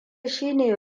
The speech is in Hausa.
shine